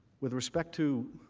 with respect to